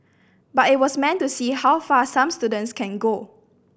but it was meant to see how far some students can go